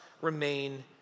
remain